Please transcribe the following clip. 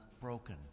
broken